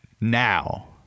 now